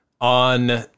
on